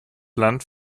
land